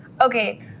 Okay